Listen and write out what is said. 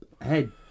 head